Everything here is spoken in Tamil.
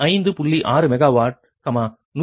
6 மெகாவாட் 140